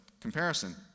comparison